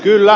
kyllä